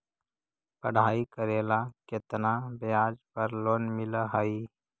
पढाई करेला केतना ब्याज पर लोन मिल हइ?